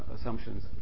assumptions